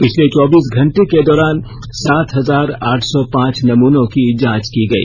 पिछले चौबीस घंटे के दौरान सात हजार आठ सौ पांच नमूनों की जांच की गई